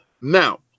now